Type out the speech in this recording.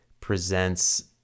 presents